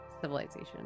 civilization